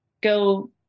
go